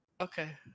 Okay